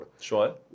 Sure